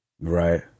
right